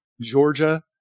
Georgia